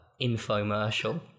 infomercial